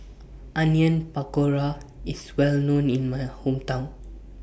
Onion Pakora IS Well known in My Hometown